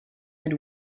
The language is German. mit